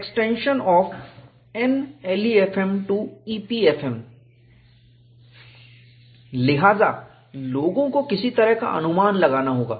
extension of NLEFM to EPFM लिहाजा लोगों को किसी तरह का अनुमान लगाना होगा